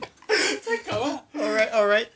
alright alright